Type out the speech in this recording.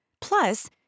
Plus